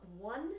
one